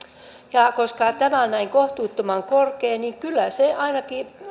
ja koska tämä on näin kohtuuttoman korkea niin kyllä se ainakin